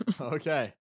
Okay